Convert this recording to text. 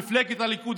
מפלגת הליכוד,